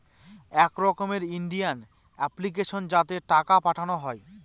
এক রকমের Indian application যাতে টাকা পাঠানো হয়